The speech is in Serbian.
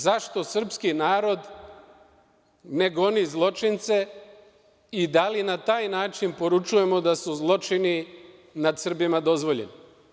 Zašto srpski narod ne goni zločince i da li na taj način poručujemo da su zločini nad Srbima dozvoljeni?